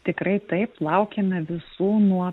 tikrai taip laukiame visų nuo